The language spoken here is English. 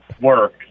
work